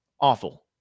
awful